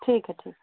ठीक है ठीक है